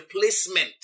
placement